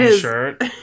shirt